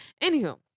anywho